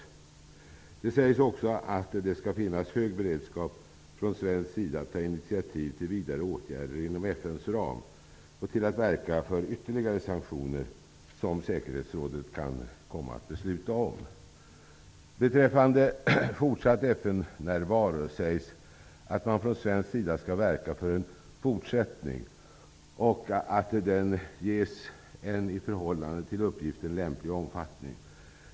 Det sägs också att det skall finnas hög beredskap från svensk sida att ta initiativ till vidare åtgärder inom FN:s ram och till att verka för ytterligare sanktioner som säkerhetsrådet kan komma att besluta om. Beträffande fortsatt FN-närvaro sägs att man från svensk sida skall verka för en fortsättning och att den ges en i förhållande till uppgiften lämplig omfattning.